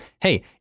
hey